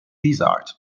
desired